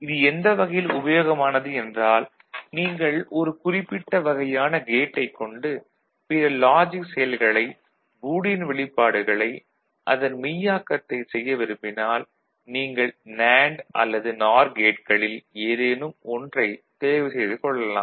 இது எந்த வகையில் உபயோகமானது என்றால் நீங்கள் ஒரு குறிப்பிட்ட வகையான கேட்டைக் கொண்டு பிற லாஜிக் செயல்களை பூலியன் வெளிப்பாடுகளை அதன் மெய்யாக்கத்தைச் செய்ய விரும்பினால் நீங்கள் நேண்டு அல்லது நார் கேட்களில் ஏதேனும் ஒன்றைத் தேர்வு செய்துக் கொள்ளலாம்